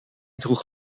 droeg